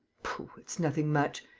pooh, it's nothing much!